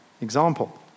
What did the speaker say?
example